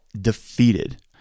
defeated